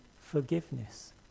forgiveness